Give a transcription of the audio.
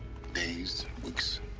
days. weeks.